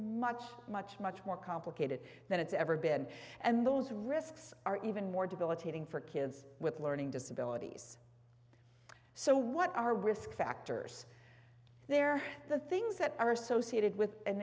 much much much more complicated than it's ever been and those risks are even more debilitating for kids with learning disabilities so what are risk factors they're the things that are associated with an